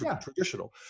traditional